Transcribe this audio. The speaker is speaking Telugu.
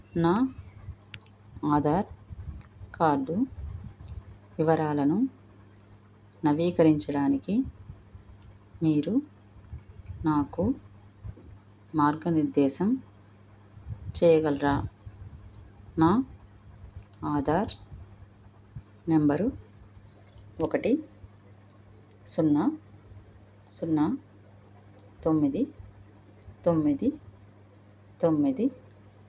నా ఆధార్ కార్డు వివరాలను నవీకరించడానికి మీరు నాకు మార్గనిర్దేశం చేయగలరా నా ఆధార్ నెంబరు ఒకటి సున్నా సున్నా తొమ్మిది తొమ్మిది తొమ్మిది